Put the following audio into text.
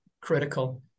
critical